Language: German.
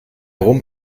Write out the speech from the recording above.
herum